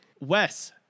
Wes